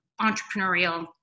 entrepreneurial